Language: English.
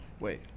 Wait